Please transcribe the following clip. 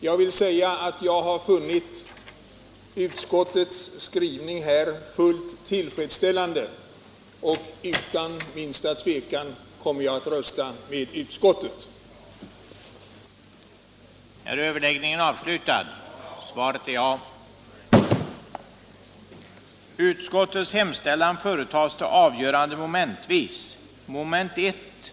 Jag vill säga att jag har funnit utskottets skrivning fullt tillfredsställande och att jag därför utan minsta tvekan anser mig kunna rösta för utskottets hemställan. den det ej vill röstar nej. den det ej vill röstar nej.